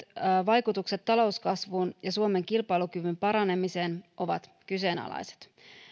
vaikutukset talouskasvuun ja suomen kilpailukyvyn paranemiseen ovat kyseenalaiset